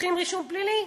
פותחים רישום פלילי,